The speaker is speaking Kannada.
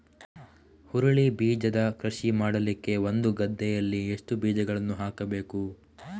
ಹುರುಳಿ ಬೀಜದ ಕೃಷಿ ಮಾಡಲಿಕ್ಕೆ ಒಂದು ಗದ್ದೆಯಲ್ಲಿ ಎಷ್ಟು ಬೀಜಗಳನ್ನು ಹಾಕಬೇಕು?